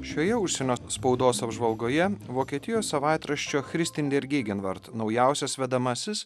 šioje užsienio spaudos apžvalgoje vokietijos savaitraščio christian der gegenwart naujausias vedamasis